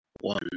one